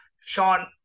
Sean